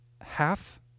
Half